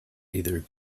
either